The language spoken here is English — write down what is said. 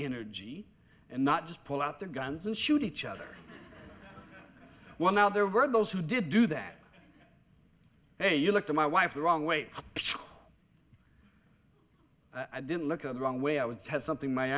energy and not just pull out their guns and shoot each other well now there were those who did do that hey you look to my wife the wrong way i didn't look at the wrong way i would have something my